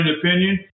opinion